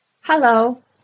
Hello